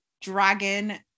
dragon